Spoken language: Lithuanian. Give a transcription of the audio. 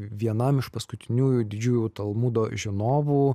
vienam iš paskutiniųjų didžiųjų talmudo žinovų